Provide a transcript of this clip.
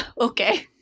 Okay